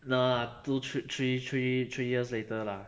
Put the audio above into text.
no lah two three three three years later lah